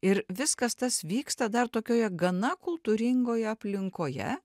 ir viskas tas vyksta dar tokioje gana kultūringoje aplinkoje